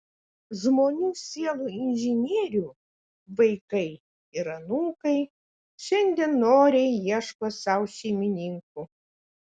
žmonių sielų inžinierių vaikai ir anūkai šiandien noriai ieško sau šeimininkų